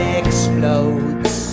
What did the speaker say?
explodes